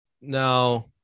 Now